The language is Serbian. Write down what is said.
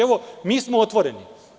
Evo, mi smo otvoreni.